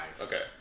Okay